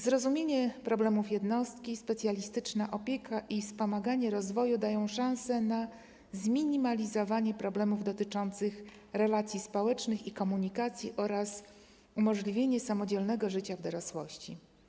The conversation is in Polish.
Zrozumienie problemów jednostki, specjalistyczna opieka i wspomaganie rozwoju dają szansę na zminimalizowanie problemów dotyczących relacji społecznych i komunikacji oraz umożliwienie samodzielnego życia w dorosłości.